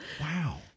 Wow